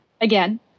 again